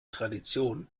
tradition